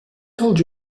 told